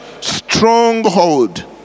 stronghold